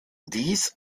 dies